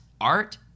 art